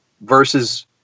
versus